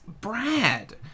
Brad